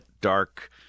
dark